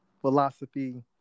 philosophy